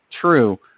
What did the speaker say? true